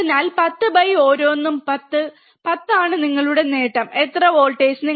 അതിനാൽ 10 ബൈ ഓരോന്നും 10 10 ആണ് നിങ്ങളുടെ നേട്ടം എത്ര വോൾട്ടേജ്